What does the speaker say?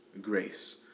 grace